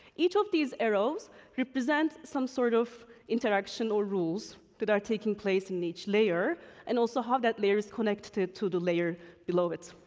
each of these arrows represent some sort of interaction or rules that are taking place in each layer and also how that layer is connected to the layer below it.